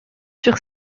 sur